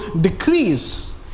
decrease